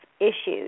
issues